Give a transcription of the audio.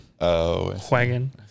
wagon